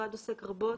שהמשרד עוסק רבות